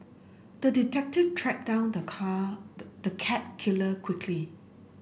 the detective tracked down the car the cat killer quickly